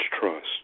trust